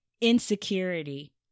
insecurity